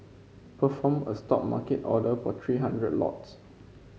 perform a Stop market order for three hundred lots